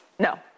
No